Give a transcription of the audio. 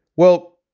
well,